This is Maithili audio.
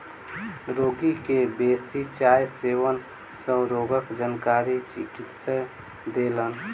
रोगी के बेसी चाय सेवन सँ रोगक जानकारी चिकित्सक देलैन